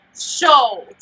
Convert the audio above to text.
show